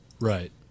Right